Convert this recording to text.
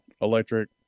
electric